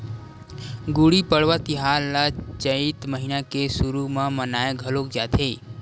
गुड़ी पड़वा तिहार ल चइत महिना के सुरू म मनाए घलोक जाथे